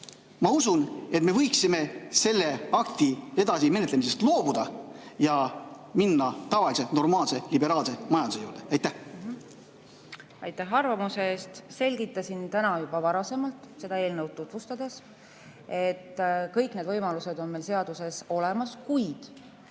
Ma usun, et me võiksime selle akti edasisest menetlemisest loobuda ja minna tavalise normaalse liberaalse majanduse juurde. Aitäh arvamuse eest! Selgitasin täna juba varasemalt seda eelnõu tutvustades, et kõik need võimalused on meil seaduses olemas, kuid